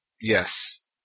Yes